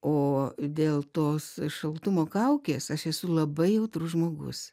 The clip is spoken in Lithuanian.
o dėl tos šaltumo kaukės aš esu labai jautrus žmogus